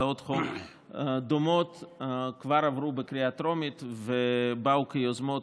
הצעות חוק דומות כבר עברו בקריאה טרומית ובאו כיוזמות